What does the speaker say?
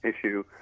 issue